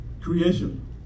creation